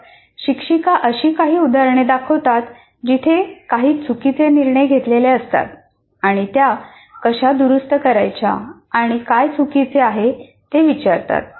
मग शिक्षिका अशी काही उदाहरणे दाखवतात जिथे काही चुकीचे निर्णय घेतलेले असतात आणि त्या कशा दुरुस्त करायच्या आणि काय चुकीचे आहे ते विचारतात